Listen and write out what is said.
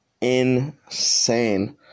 insane